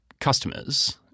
customers